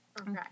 Okay